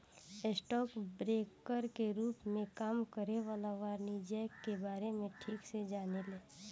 stock broker के रूप में काम करे वाला वाणिज्यिक के बारे में ठीक से जाने ले